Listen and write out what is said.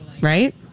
Right